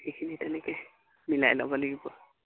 সেইখিনি তেনেকে মিলাই ল'ব লাগিব